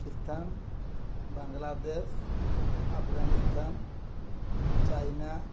Pakistan Bangladesh Afghanistan China